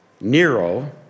Nero